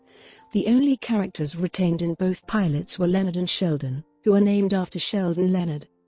the only characters retained in both pilots were leonard and sheldon, who are named after sheldon leonard,